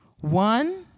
One